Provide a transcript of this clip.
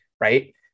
right